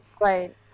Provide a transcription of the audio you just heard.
Right